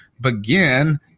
begin